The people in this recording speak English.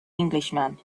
englishman